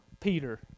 Peter